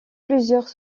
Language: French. plusieurs